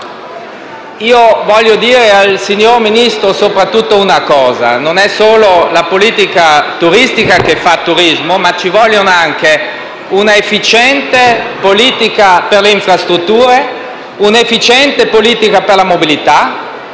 ma voglio dire al signor Ministro soprattutto una cosa: non è solo la politica turistica che fa il turismo, ma ci vuole anche un'efficiente politica per le infrastrutture, un'efficiente politica per la mobilità